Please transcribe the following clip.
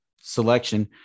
selection